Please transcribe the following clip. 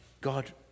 God